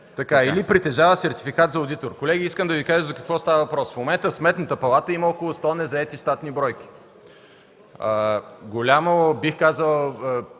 притежаващ сертификат за одитор”. Колеги, искам да Ви кажа за какво става въпрос. В момента в Сметната палата има около 100 незаети щатни бройки. Това е голям